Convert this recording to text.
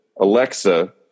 Alexa